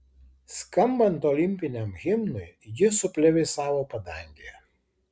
skambant olimpiniam himnui ji suplevėsavo padangėje